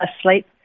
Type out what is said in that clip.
asleep